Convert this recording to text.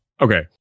Okay